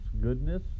goodness